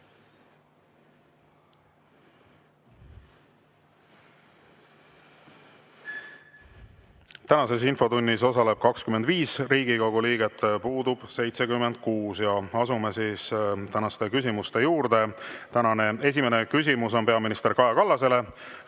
Tänases infotunnis osaleb 25 Riigikogu liiget, puudub 76. Asume tänaste küsimuste juurde. Tänane esimene küsimus on peaminister Kaja Kallasele,